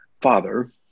father